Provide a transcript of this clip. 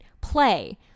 play